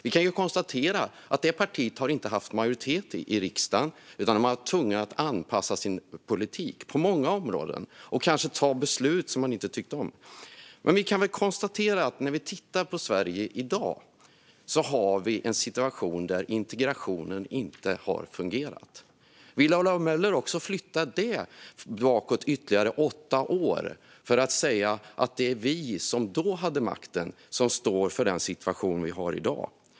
Vi kan konstatera att det partiet inte har haft majoritet i riksdagen utan har varit tvunget att anpassa sin politik på många områden och kanske ta beslut som man inte tyckte om. Men vi kan också konstatera att Sverige i dag har en situation där integrationen inte har fungerat. Vill Ola Möller flytta också det bakåt ytterligare åtta år och säga att vi som då hade makten står för den situation som vi har i dag?